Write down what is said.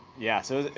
yeah, so,